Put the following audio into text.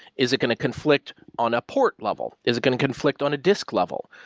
is it going to conflict on a port level? is it going to conflict on a disk level?